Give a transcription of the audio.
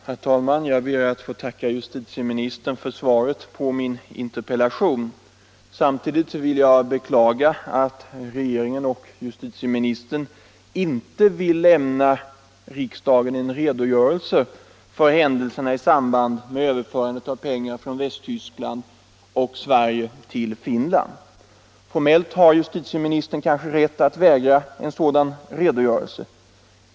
Herr talman! Jag ber att få tacka justitieministern för svaret på min interpellation. Samtidigt beklagar jag att regeringen och justitieministern inte vill lämna riksdagen en redogörelse för händelserna i samband med överförandet av pengar från Västtyskland och Sverige till Finland. Formellt har justitieministern kanske rätt att vägra en sådan redogörelse.